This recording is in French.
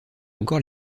encore